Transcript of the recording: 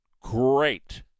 great